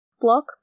Block